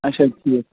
اچھا ٹھیٖک